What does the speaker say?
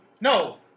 No